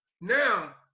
Now